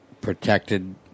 protected